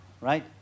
right